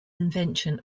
invention